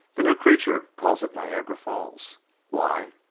the new creature calls it niagara falls why,